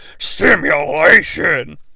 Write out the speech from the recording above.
stimulation